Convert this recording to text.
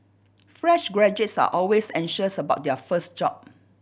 fresh graduates are always anxious about their first job